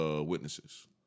witnesses